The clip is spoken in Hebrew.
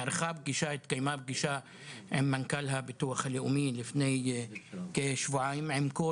התקיימה פגישה עם מנכ"ל הביטוח הלאומי לפני כשבועיים עם כל